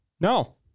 No